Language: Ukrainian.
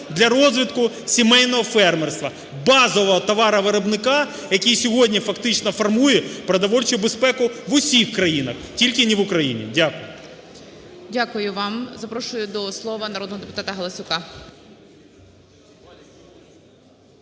для розвитку сімейного фермерства – базового товаровиробника, який сьогодні фактично формує продовольчу безпеку в усіх країнах, тільки не в Україні. Дякую. Веде засідання Голова Верховної Ради України